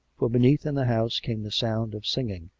from beneath in the house came the sound of singing,